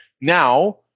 Now